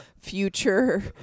future